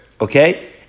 Okay